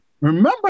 remember